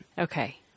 Okay